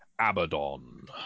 Abaddon